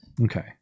Okay